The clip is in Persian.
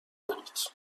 دارید